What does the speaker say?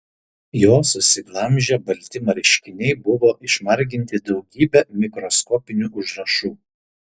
jo susiglamžę balti marškiniai buvo išmarginti daugybe mikroskopinių užrašų